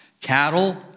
cattle